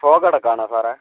fog അടക്കം ആണോ സാറെ